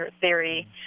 theory